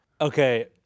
okay